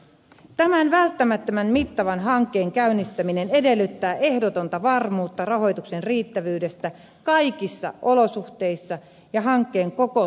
tämän välttämättömän mittavan hankkeen käynnistäminen edellyttää ehdotonta varmuutta rahoituksen riittävyydestä kaikissa olosuhteissa ja hankkeen koko toteutusajan